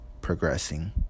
progressing